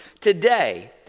today